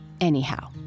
Anyhow